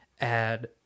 add